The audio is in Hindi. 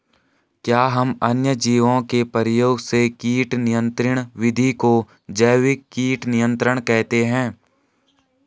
क्या हम अन्य जीवों के प्रयोग से कीट नियंत्रिण विधि को जैविक कीट नियंत्रण कहते हैं?